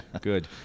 good